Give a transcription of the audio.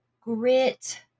grit